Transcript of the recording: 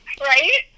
Right